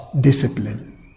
discipline